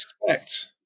expect